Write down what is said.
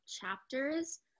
chapters